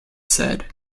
said